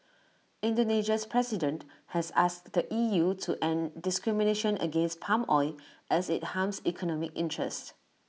Indonesia's president has asked the E U to end discrimination against palm oil as IT harms economic interests